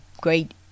great